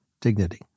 Dignity